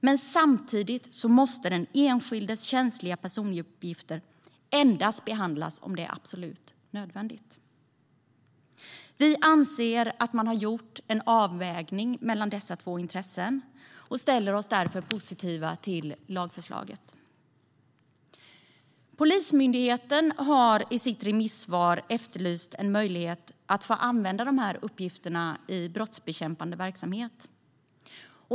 Men samtidigt måste den enskildes känsliga personuppgifter endast behandlas om det är absolut nödvändigt. Vi anser att man har gjort en avvägning mellan dessa två intressen och ställer oss därför positiva till lagförslaget. Polismyndigheten har i sitt remissvar efterlyst en möjlighet att få använda de här uppgifterna i brottsbekämpande verksamhet.